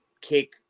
Kick